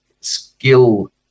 skill